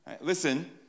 Listen